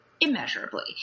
immeasurably